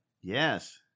Yes